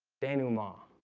daniel ma